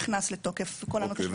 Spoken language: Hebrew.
נכנס לתוקף כל --- הכול מוכן.